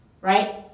Right